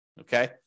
Okay